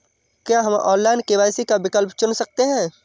क्या हम online KYC का विकल्प चुन सकते हैं?